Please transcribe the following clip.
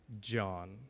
John